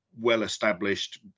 well-established